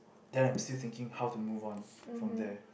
than I'm still thinking how to move on from there